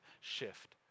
shift